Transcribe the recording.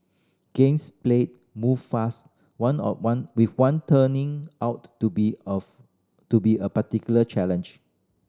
games play moved fast one of one with one turning out to be of to be a particular challenge